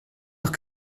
noch